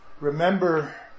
Remember